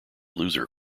loser